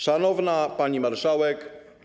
Szanowna Pani Marszałek!